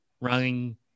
running